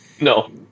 No